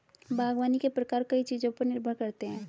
बागवानी के प्रकार कई चीजों पर निर्भर करते है